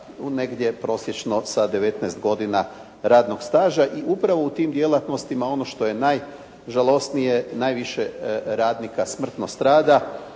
negdje prosječno sa 19 godina radnog staža. I upravo u tim djelatnostima, ono što je najžalosnije, najviše radnika smrtno strada